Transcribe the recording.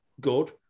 good